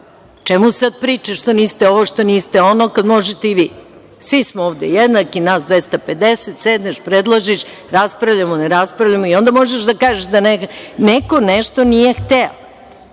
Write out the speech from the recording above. Čemu sada priča, što niste ovo, što niste ono, kada možete i vi? Svi smo ovde jednaki, nas 250, sedneš, predložiš, raspravljamo, ne raspravljamo i onda možeš da kažeš da neko nešto nije hteo,